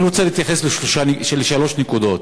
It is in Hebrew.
אני רוצה להתייחס לשלוש נקודות: